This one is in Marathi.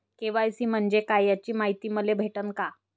के.वाय.सी म्हंजे काय याची मायती मले भेटन का?